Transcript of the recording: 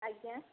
ଆଜ୍ଞା